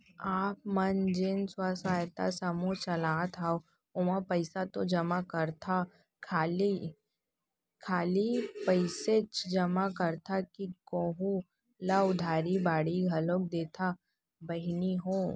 आप मन जेन स्व सहायता समूह चलात हंव ओमा पइसा तो जमा करथा खाली पइसेच जमा करथा कि कोहूँ ल उधारी बाड़ी घलोक देथा बहिनी हो?